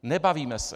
Nebavíme se.